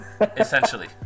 Essentially